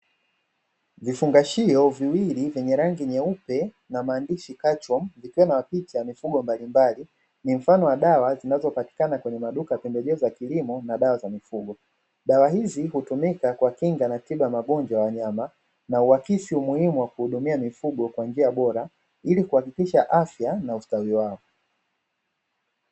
Vifungashio viwili vyenye rangi nyeupe na maandishi "catching" vikiwa vinamaanisha mifugo mbalimbali ni mfano wa dawa zinazopatikana kwenye maduka ya pembejeo za kilimo na dawa za mifugo. Dawa hizi hutumika kuwakinga na tiba ya magonjwa ya wanyama na huakisi umuhimu wa kuhudumia mifugo kwa njia bora ili kuhakikisha afya na ustawi wao.